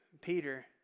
Peter